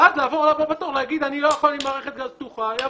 אני מדבר במספרים גדולים על פני תקופות כמובן.